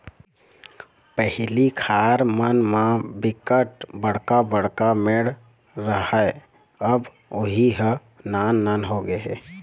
पहिली खार मन म बिकट बड़का बड़का मेड़ राहय अब उहीं ह नान नान होगे हे